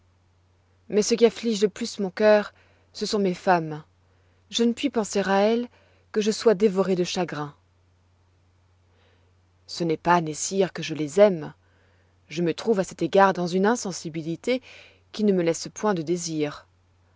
mais ce qui afflige le plus mon cœur ce sont mes femmes je ne puis penser à elles que je ne sois dévoré de chagrins ce n'est pas nessir que je les aime je me trouve à cet égard dans une insensibilité qui ne me laisse point de désirs